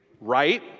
Right